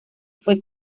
fue